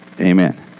amen